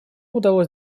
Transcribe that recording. удалось